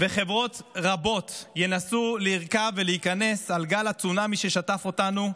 וחברות רבות ינסו לרכוב ולהיכנס על גל הצונאמי ששטף אותנו,